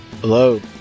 Hello